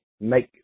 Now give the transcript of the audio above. make